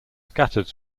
scattered